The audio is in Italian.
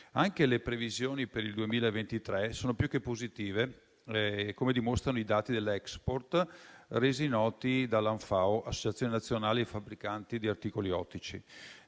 Anche le previsioni per il 2023 sono più che positive, come dimostrano i dati dell'*export* resi noti dall'Associazione nazionale fabbricanti di articoli ottici